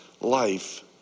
life